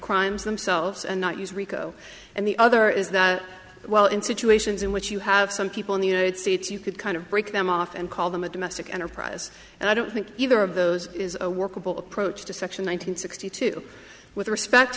crimes themselves and not use rico and the other is that while in situations in which you have some people in the united states you could kind of break them off and call them a domestic enterprise and i don't think either of those is a workable approach to section one nine hundred sixty two with respect